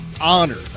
honored